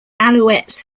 alouettes